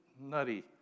nutty